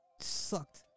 sucked